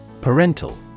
Parental